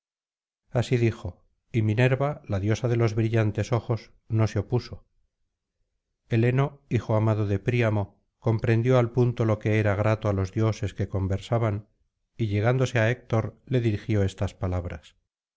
así dijo y minerva la diosa de los brillantes ojos no se opuso heleno hijo amado de príamo comprendió al punto lo que era grato á los dioses que conversaban y llegándose á héctor le dirigió estas palabras